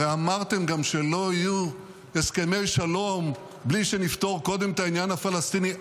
הרי אמרתם גם שלא יהיו הסכמי שלום בלי שנפתור קודם את העניין הפלסטיני,